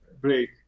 break